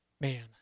Man